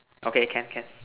okay can can